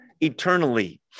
Eternally